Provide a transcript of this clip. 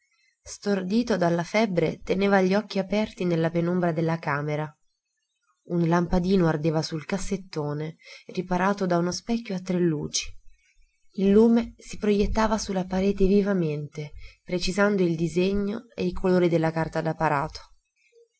stordito dalla febbre teneva gli occhi aperti nella penombra della camera un lampadino ardeva sul cassettone riparato da uno specchio a tre luci il lume si projettava su la parete vivamente precisando il disegno e i colori della carta